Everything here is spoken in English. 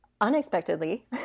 unexpectedly